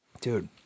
dude